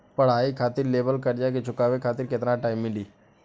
पढ़ाई खातिर लेवल कर्जा के चुकावे खातिर केतना टाइम मिली?